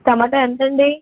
tomato ఎంతండి